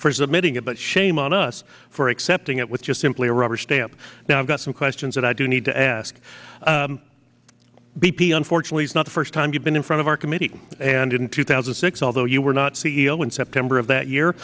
for submitting about shame on us for accepting it was just simply rubber stamp now i've got some questions that i do need to ask bp unfortunately it's not the first time you've been in front of our committee and in two thousand and six although you were not ceo in september of that